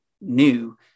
new